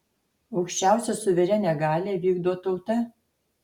aukščiausią suverenią galią vykdo tauta